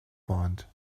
bond